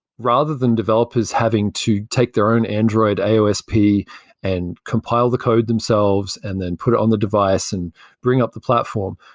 rather than developers having to take their own android aosp and compile the code themselves and then put it on the device and bring up the platform,